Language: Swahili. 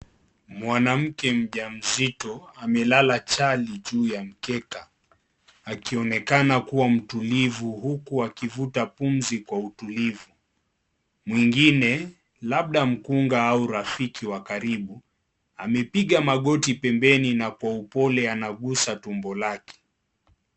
Mwanamke mjamzito amelala chali juu ya mkeka akionekana kuwa mtulivu huku akivuta pumzi kwa utulivu. Mwingine labda mkunga au rafiki wa karibu amepiga magoti pembenina kwa upole anagusa tumbo lake.